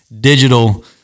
digital